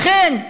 לכן,